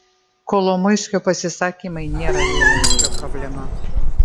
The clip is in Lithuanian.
kolomoiskio pasisakymai nėra zelenskio problema